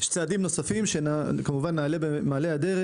יש צעדים נוספים שנעלה במעלה הדרך,